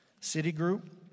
Citigroup